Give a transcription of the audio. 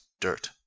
dirt